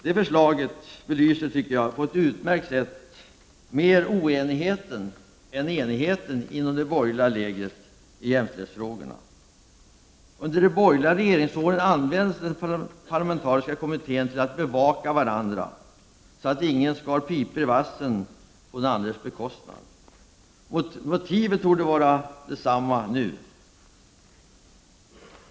Det förslaget belyser, tycker jag, på ett utmärkt sätt oenigheten mer än enigheten inom det borgerliga lägret i jämställdhetsfrågorna. Under de borgerliga regeringsåren användes den parlamentariska kommittén till att bevaka varandra, så att ingen ”skar pipor i vassen” på den andres bekostnad. Motivet torde vara detsamma nu.